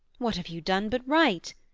what have you done but right?